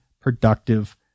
productive